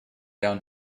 down